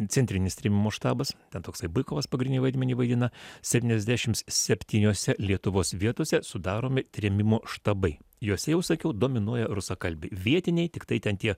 centrinis trėmimų štabas ten toksai bykovas pagrindinį vaidmenį vaidina septyniasdešimt septyniose lietuvos vietose sudaromi trėmimų štabai juose jau sakiau dominuoja rusakalbiai vietiniai tiktai ten tie